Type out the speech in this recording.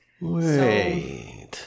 Wait